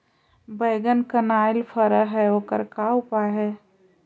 बैगन कनाइल फर है ओकर का उपाय है?